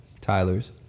Tyler's